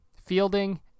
fielding